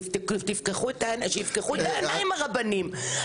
תפקחו, שייפקחו את העיניים הרבנים.